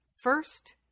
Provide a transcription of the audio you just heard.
First